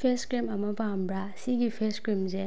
face cream ꯑꯃ ꯄꯥꯝꯕ꯭ꯔꯥ ꯁꯤꯒꯤ ꯐꯦꯁ ꯀ꯭ꯔꯤꯝꯁꯦ